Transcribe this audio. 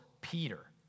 Peter